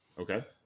Okay